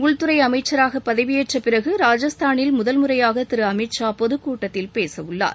உள்துறை அமைச்சராக பதவியேற்றப்பிறகு ராஜஸ்தானில் முதல் முறையாக திரு அமித் ஷா பொதுக் கூட்டத்தில் பேசவுள்ளார்